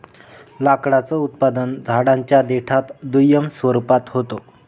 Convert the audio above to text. लाकडाचं उत्पादन झाडांच्या देठात दुय्यम स्वरूपात होत